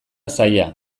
zaila